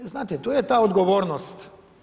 E znate, to je ta odgovornost.